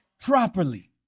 properly